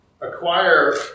acquire